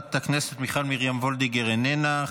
חברת הכנסת מיכל מרים וולדיגר, איננה.